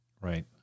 right